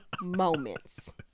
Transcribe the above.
moments